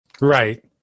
Right